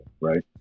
right